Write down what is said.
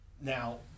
Now